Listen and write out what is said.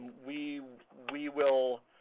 we we will